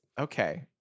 Okay